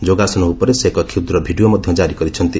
ଯୋଗାସନ ଉପରେ ସେ ଏକ କ୍ଷ୍ରଦ୍ ଭିଡିଓ ମଧ୍ୟ ଜାରି କରିଛନ୍ତି